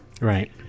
Right